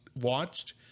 watched